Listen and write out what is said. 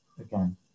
Again